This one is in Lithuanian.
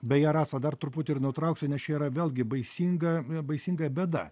beje rasa dar truputį ir nutrauksiu nes čia yra vėlgi baisinga baisingai bėda